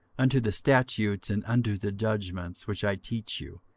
unto the statutes and unto the judgments, which i teach you,